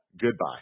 Goodbye